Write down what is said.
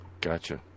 Gotcha